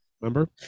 Remember